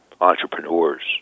entrepreneurs